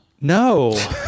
No